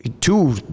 two